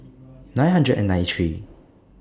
nine hundred and ninety three